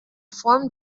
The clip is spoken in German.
form